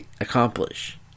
accomplish